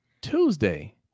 Tuesday